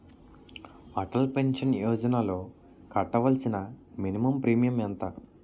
Atal pension యోజనలో కట్టవలసిన minimum premium ఎంత?